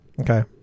Okay